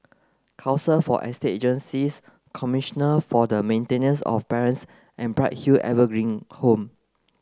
Council for Estate Agencies Commissioner for the Maintenance of Parents and Bright Hill Evergreen Home